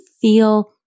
feel